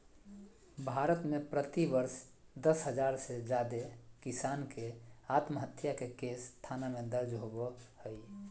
भारत में प्रति वर्ष दस हजार से जादे किसान के आत्महत्या के केस थाना में दर्ज होबो हई